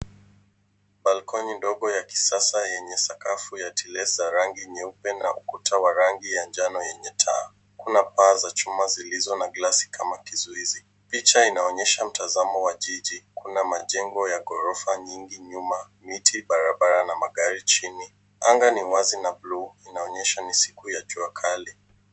Balkoni ndogo ya kisasa yenye sakafu ya tilesi ya rangi nyeupe na ukuta wa rangi yenye taa. Kuna paa za chuma zilizo na glasi kama kizuizi. Picha inaonyesha mtazamo wa jiji, kuna majengo ya gorofa nyingi nyuma, miti na barabara na magari chini. Anga ni wazi na bluu, ina onyesha ni siku ya jua kali.